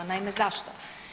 Naime, zašto?